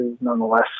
nonetheless